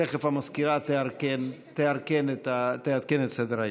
תכף המזכירה תעדכן את סדר-היום.